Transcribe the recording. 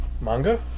manga